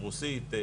רוסית,